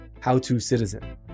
HowToCitizen